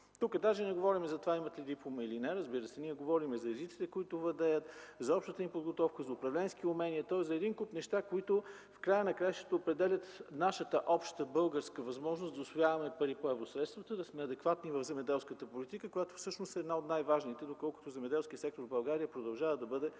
Тук даже не говорим за това имат ли диплома или не. Ние говорим за езиците, които владеят, за общата им подготовка, за управленски умения, тоест за един куп неща, които определят нашата обща българска възможност да усвояваме пари по евросредствата, да сме адекватни в земеделската политика, която всъщност е една от най-важните, доколкото земеделският сектор в България продължава да бъде